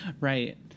right